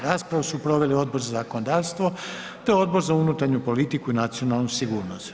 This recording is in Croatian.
Raspravu su proveli Odbor za zakonodavstvo te Odbor za unutarnju politiku i nacionalnu sigurnost.